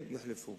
הם יוחלפו.